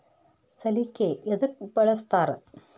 ಸಲಿಕೆ ಯದಕ್ ಬಳಸ್ತಾರ?